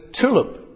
TULIP